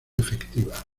efectiva